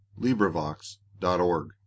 LibriVox.org